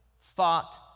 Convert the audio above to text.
thought